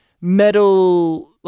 metal